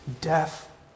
death